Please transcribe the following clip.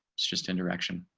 it's just interaction.